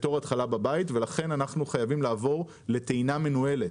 לכן אנחנו חייבים לעבור לטעינה מנוהלת,